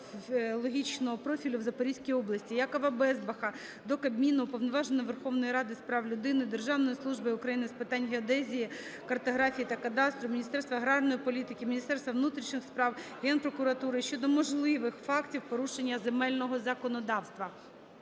нефрологічного профілю в Запорізькій області. Якова Безбаха до Кабміну, Уповноваженого Верховної Ради з прав людини, Державної служби України з питань геодезії, картографії та кадастру, Міністерства аграрної політики, Міністерства внутрішніх справ, Генпрокуратури щодо можливих фактів порушення земельного законодавства.